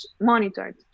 monitored